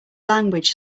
language